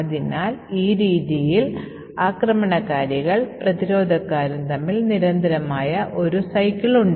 അതിനാൽ ഈ രീതിയൽ ആക്രമണകാരികളും പ്രതിരോധക്കാരും തമ്മിൽ നിരന്തരമായ ഒരു ചക്രം ഉണ്ട്